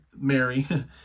Mary